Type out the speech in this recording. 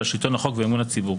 על שלטון החוק ועל אמון הציבור.